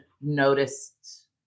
noticed